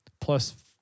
Plus